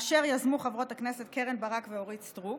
אשר יזמו חברות הכנסת קרן ברק ואורית סטרוק,